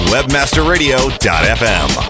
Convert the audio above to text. WebmasterRadio.fm